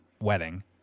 wedding